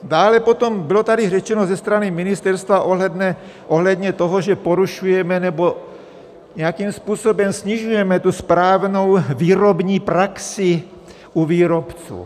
Dále potom, bylo tady řečeno ze strany ministerstva ohledně toho, že porušujeme nebo nějakým způsobem snižujeme správnou výrobní praxi u výrobců.